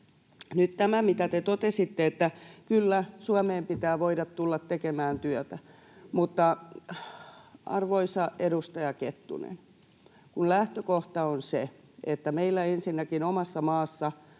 Ja nyt te totesitte, että ”kyllä, Suomeen pitää voida tulla tekemään työtä”. [Tuomas Kettunen: Kyllä!] Mutta arvoisa edustaja Kettunen, lähtökohta on se, että meillä ensinnäkin omassa maassa